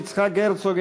יצחק הרצוג,